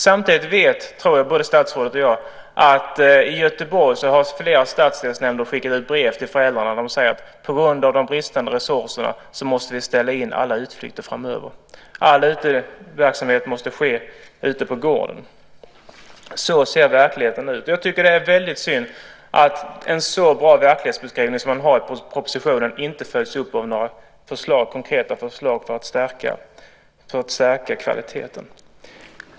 Samtidigt vet både statsrådet och jag att i Göteborg har flera stadsdelsnämnder skickat ut brev till föräldrarna där man säger: På grund av brist på resurser måste vi ställa in alla utflykter framöver. All uteverksamhet måste ske ute på gården. Så ser verkligheten ut. Det är väldigt synd att en så bra verklighetsbeskrivning som man har i propositionen inte följs upp av några konkreta förslag för att stärka kvaliteten.